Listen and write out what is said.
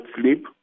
sleep